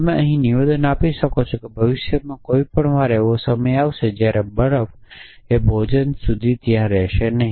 તમે નિવેદન આપી શકો છો કે ભવિષ્યમાં કોઈક વાર એવો સમય આવશે જ્યારે બરફ ભોજન સુધી ત્યાં રહેશે નહીં